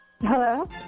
Hello